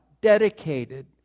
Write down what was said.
dedicated